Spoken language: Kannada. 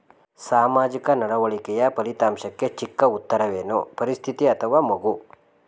ಸಾಮಾಜಿಕ ನಡವಳಿಕೆಯ ಫಲಿತಾಂಶಕ್ಕೆ ಚಿಕ್ಕ ಉತ್ತರವೇನು? ಪರಿಸ್ಥಿತಿ ಅಥವಾ ಮಗು?